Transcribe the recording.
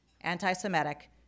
anti-Semitic